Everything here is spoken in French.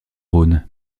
rhône